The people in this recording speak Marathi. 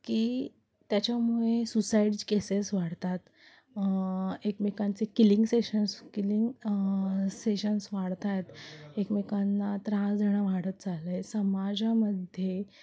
की त्याच्यामुळे सुसाइड केसेस वाढतात एकमेकांचे किलिंग सेशन किलिंग सेशन्स वाढतात एकमेकांना त्रासणं वाढत चालले समाजामध्ये